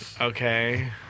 Okay